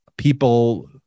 People